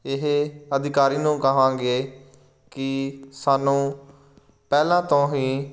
ਇਹ ਅਧਿਕਾਰੀ ਨੂੰ ਕਹਾਂਗੇ ਕਿ ਸਾਨੂੰ ਪਹਿਲਾਂ ਤੋਂ ਹੀ